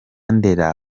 ndera